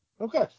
Okay